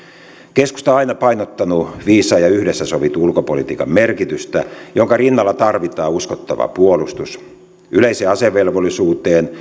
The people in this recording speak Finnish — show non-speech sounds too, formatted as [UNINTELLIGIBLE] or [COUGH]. keskusta on aina painottanut viisaan ja yhdessä sovitun ulkopolitiikan merkitystä jonka rinnalla tarvitaan uskottava puolustus yleiseen asevelvollisuuteen [UNINTELLIGIBLE]